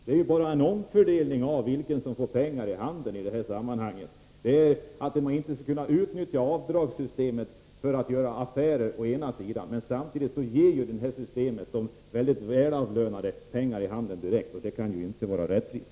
Här rör det sig ju bara om en omfördelning. Man kan inte utnyttja avdragsbestämmelserna för att göra affärer, men samtidigt medför systemet att de mycket välavlönade får pengar direkt i handen, och det kan inte vara rättvist.